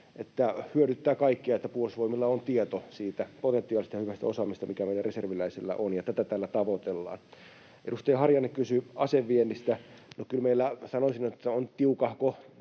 Hyödyttää kaikkia, että Puolustusvoimilla on tieto siitä potentiaalisesta ja hyvästä osaamisesta, mikä meidän reserviläisillä on, ja tätä tällä tavoitellaan. Edustaja Harjanne kysyi aseviennistä. Kyllä meillä, sanoisin, on tiukahko